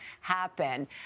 happen